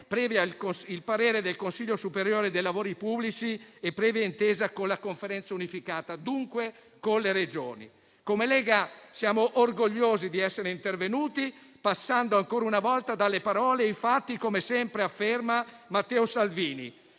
previo parere del Consiglio superiore dei lavori pubblici e previa intesa con la Conferenza unificata, dunque con le Regioni. Noi della Lega siamo orgogliosi di essere intervenuti, passando ancora una volta dalle parole ai fatti, come sempre afferma Matteo Salvini,